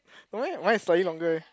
no eh mine is slightly longer leh